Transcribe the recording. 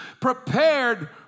prepared